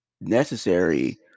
necessary